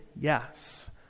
yes